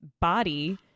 body